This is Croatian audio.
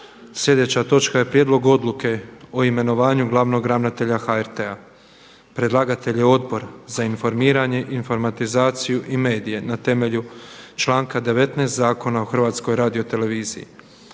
Sljedeća točka je Prijedlog odluke o imenovanju glavnog ravnatelja HRT-a. Predlagatelj je Odbor za informiranje, informatizaciju i medije na temelju članka 19. Zakona o Hrvatskoj radioteleviziji.